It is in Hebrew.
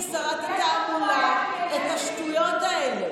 איך תסבירי כשרת התעמולה את השטויות האלה?